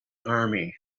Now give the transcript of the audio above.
army